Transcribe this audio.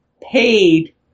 paid